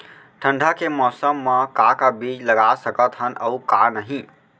ठंडा के मौसम मा का का बीज लगा सकत हन अऊ का नही?